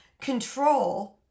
control